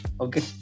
okay